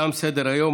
תם סדר-היום.